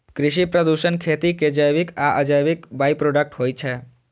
कृषि प्रदूषण खेती के जैविक आ अजैविक बाइप्रोडक्ट होइ छै